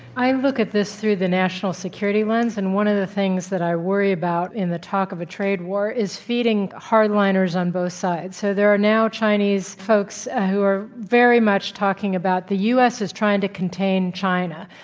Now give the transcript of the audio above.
i look at this through the national security lens. and one of the things that i worry about in the talk of a trade war is feeding kind of hardliners on both sides. so, there are now chinese folks who are very much talking about the u. s. is trying to contain china.